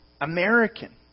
American